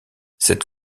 cette